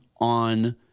on